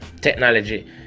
technology